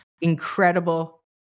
Incredible